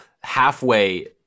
halfway